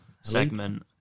segment